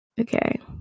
Okay